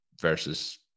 versus